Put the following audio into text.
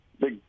big